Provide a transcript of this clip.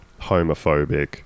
homophobic